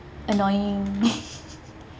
annoying